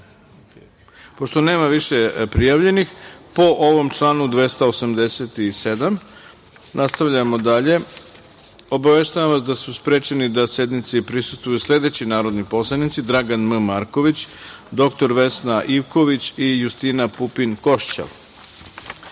nema više prijavljenih po članu 287, nastavljamo dalje. Obaveštavam vas da su sprečeni da sednici prisustvuju sledeći narodni poslanici: Dragan M. Marković, dr Vesna Ivković i Justina Pupin